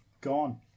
gone